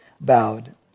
bowed